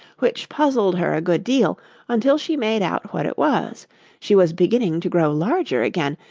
which puzzled her a good deal until she made out what it was she was beginning to grow larger again,